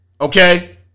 okay